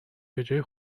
بجای